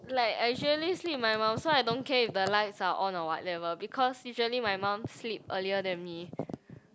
like I usually sleep with my mum so I don't care if the lights are on or whatever because usually my mum sleep earlier than me